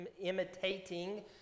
imitating